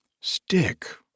Stick